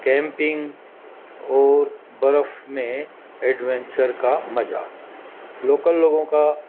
camping اور برف میں ایڈونونچر کا مزہ لوکل لوگوں کا